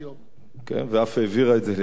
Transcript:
ואף העבירה את זה לדיון בוועדה,